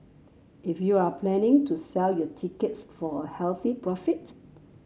if you're planning to sell your tickets for a healthy profit